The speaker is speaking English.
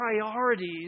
priorities